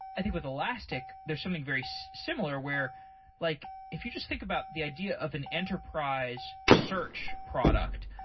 i think with elastic, there's something very so similar, where like if you just think about the idea of an enterprise search product.